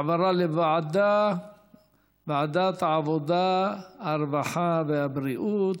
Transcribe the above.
העברה לוועדת העבודה הרווחה והבריאות.